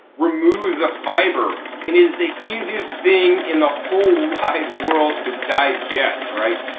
removes the fiber and is the easiest thing in the whole wide world to digest, right?